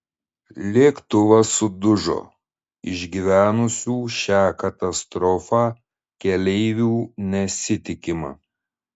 lėktuvas sudužo išgyvenusių šią katastrofą keleivių nesitikima